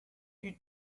you